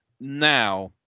Now